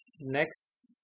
next